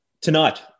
Tonight